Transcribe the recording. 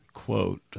quote